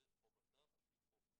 זה חובתם על פי חוק.